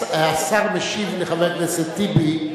השר משיב לחבר הכנסת טיבי.